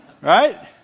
right